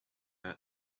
out